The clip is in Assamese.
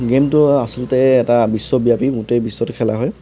গেমটো আচলতে এটা বিশ্বব্যাপী গোটেই বিশ্বতে খেলা হয়